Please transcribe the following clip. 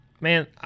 man